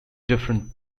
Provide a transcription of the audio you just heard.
different